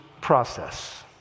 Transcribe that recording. process